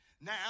Now